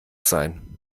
sein